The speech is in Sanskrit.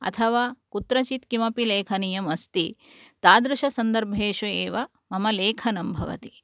अथवा कुत्रचित् किमपि लेखनीयम् अस्ति तादृशसन्दर्भेषु एव मम लेखनं भवति